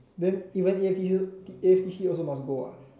then even A_F_T_C A_F_T_C also must go ah